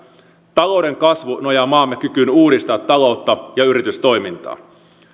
talouden kasvu nojaa maamme kykyyn uudistaa taloutta ja yritystoimintaa